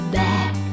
back